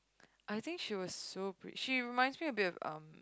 I think she was so pretty she reminds a bit of um